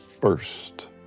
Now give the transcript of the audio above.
first